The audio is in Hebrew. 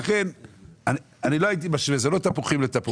אלה לא תפוחים לתפוחים.